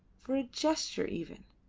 for a gesture even,